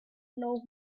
know